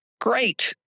Great